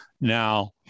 now